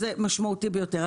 זה משמעותי ביותר.